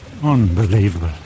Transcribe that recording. unbelievable